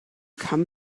come